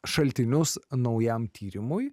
šaltinius naujam tyrimui